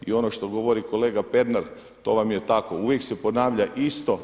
I ono što govori kolega Pernar to vam je tako, uvijek se ponavlja isto.